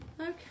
Okay